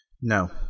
No